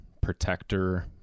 protector